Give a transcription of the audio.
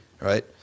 Right